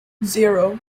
zero